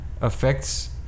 affects